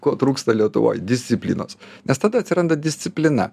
ko trūksta lietuvoj disciplinos nes tada atsiranda disciplina